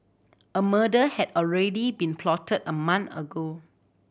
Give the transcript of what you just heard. a murder had already been plotted a month ago